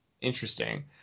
Interesting